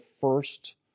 first